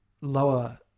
lower